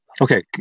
Okay